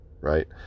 Right